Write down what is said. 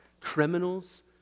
criminals